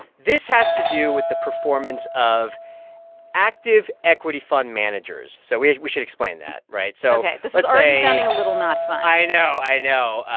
this has to do with the performance of active equity fund managers. so we we should explain that, right? so. ok this is already sounding a little not fun i know, i know.